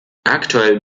aktuell